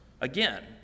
again